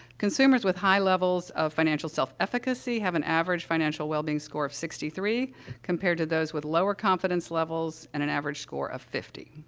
consumers with high levels of financial self-efficacy have an average financial wellbeing score of sixty three compared to those with lower confidence levels and an average score of fifty.